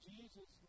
Jesus